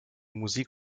musik